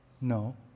No